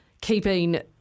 keeping